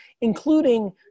including